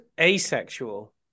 asexual